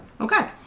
Okay